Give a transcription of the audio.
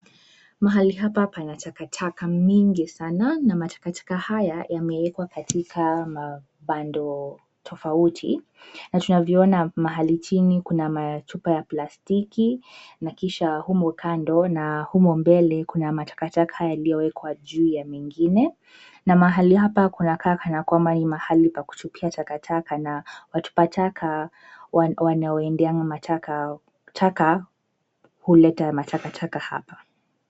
Mahali hapa pana takataka mingi sana na matakataka haya yamewekwa kwenye mabando tofauti na tunavyoona mahali chini kuna machupa ya plastiki na kisha humo kando na humo mbele kuna matakataka yaliyowekwa juu ya mengine na mahali hapa kunakaa kana kwamba mahali pa kutupia takataka na watupa taka wanaoendea mataka. Taka huleta matakataka hapa.